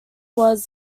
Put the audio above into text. was